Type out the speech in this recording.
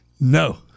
No